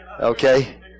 okay